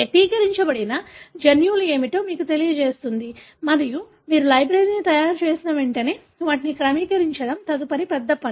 వ్యక్తీకరించబడిన జన్యువులు ఏమిటో మీకు తెలియజేస్తుంది మరియు మీరు లైబ్రరీని తయారు చేసిన తర్వాత వాటిని క్రమీకరించడం తదుపరి పెద్ద పని